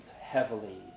heavily